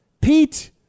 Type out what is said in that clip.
Pete